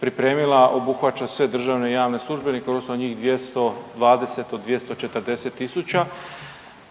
pripremila obuhvaća sve državne i javne službenike odnosno njih 220 od 240 tisuća.